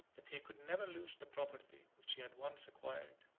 that he could never lose the property, which he had once acquired,